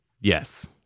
Yes